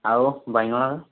ଆଉ ବାଇଗଣ